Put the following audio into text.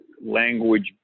language